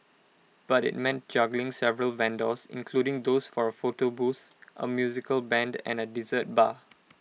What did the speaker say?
but IT meant juggling several vendors including those for A photo booth A musical Band and A dessert bar